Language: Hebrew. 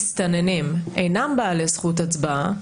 את מודיעה, אז תנסחי את הודעתך לפני ההצבעה.